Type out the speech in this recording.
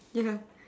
yeah